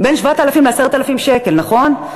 בין 7,000 ל-10,000 שקל, נכון?